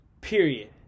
period